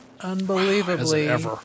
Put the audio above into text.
Unbelievably